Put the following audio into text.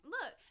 Look